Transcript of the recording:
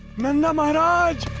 nanda maharaj!